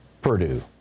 Purdue